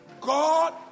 God